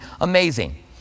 amazing